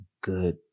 good